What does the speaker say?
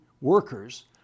workers